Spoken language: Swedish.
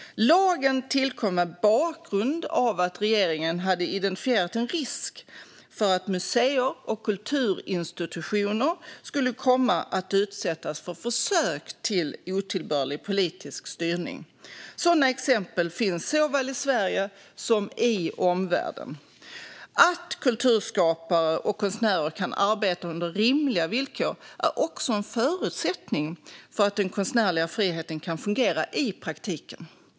Lagen tillkom mot bakgrund av att regeringen identifierat en risk för att museer och kulturinstitutioner skulle kunna komma att utsättas för försök till otillbörlig politisk styrning. Sådana exempel finns såväl i Sverige som i omvärlden. Att kulturskapare och konstnärer kan arbeta under rimliga villkor är också en förutsättning för att den konstnärliga friheten ska fungera i praktiken.